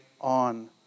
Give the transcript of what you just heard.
on